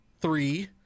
three